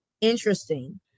interesting